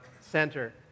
Center